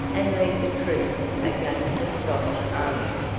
and lead the troops against the scotch army.